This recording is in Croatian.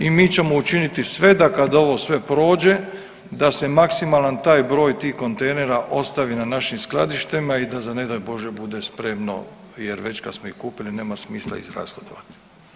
I mi ćemo učiniti sve da kad ovo sve prođe da se maksimalan taj broj, tih kontejnera ostavi na našim skladištima i da za ne daj Bože bude spremno jer već kad smo ih kupili nema smisla ih rashodovati.